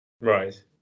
right